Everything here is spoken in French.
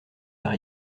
par